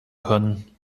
können